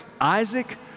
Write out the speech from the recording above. Isaac